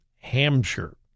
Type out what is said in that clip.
Hampshire